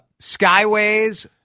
Skyways